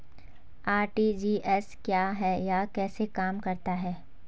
RTGS क्या है यह कैसे काम करता है?